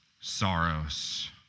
sorrows